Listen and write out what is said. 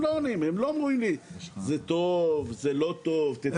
הם לא עונים לי זה טוב זה לא טוב, תתקן.